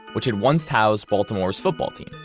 which had once housed baltimore's football team,